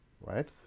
right